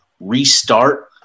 restart